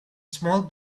small